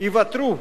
ייוותרו